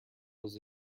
was